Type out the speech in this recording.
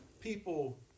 people